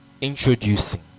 introducing